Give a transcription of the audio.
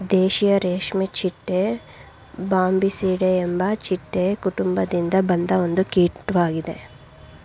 ದೇಶೀಯ ರೇಷ್ಮೆಚಿಟ್ಟೆ ಬಾಂಬಿಸಿಡೆ ಎಂಬ ಚಿಟ್ಟೆ ಕುಟುಂಬದಿಂದ ಬಂದ ಒಂದು ಕೀಟ್ವಾಗಿದೆ